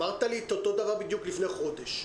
אמרת לי את אותו דבר בדיוק לפני חודש.